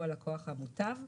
הוא הלקוח המוטב,